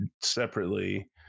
separately